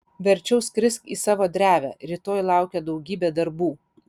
verčiau skrisk į savo drevę rytoj laukia daugybė darbų